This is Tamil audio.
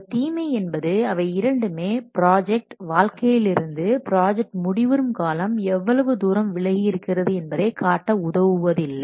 ஒரு தீமை என்பது அவை இரண்டுமே ப்ராஜெக்ட் வாழ்க்கையிலிருந்து ப்ராஜெக்ட் முடிவுறும் காலம் எவ்வளவு தூரம் விலகி இருக்கிறது என்பதை காட்ட உதவுவதில்லை